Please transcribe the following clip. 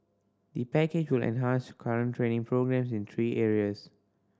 the package will enhance current training programmes in three areas